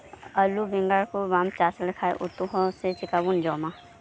ᱟᱹᱞᱩ ᱵᱮᱸᱜᱟᱲᱠᱚ ᱵᱟᱢ ᱪᱟᱥᱞᱮᱠᱷᱟᱡ ᱩᱛᱩᱦᱚᱸ ᱥᱮ ᱪᱤᱠᱟᱵᱚᱱ ᱡᱚᱢᱟ